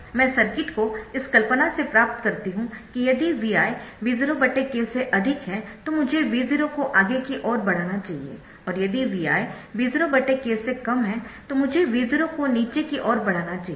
मैं सर्किट को इस कल्पना से प्राप्त करती हूं कि यदि Vi V0 k से अधिक है तो मुझे V0 को आगे की ओर बढना चाहिए और यदि Vi V0 k से कम है तो मुझे V0 को नीचे की ओर बढना चाहिए